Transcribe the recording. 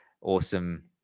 awesome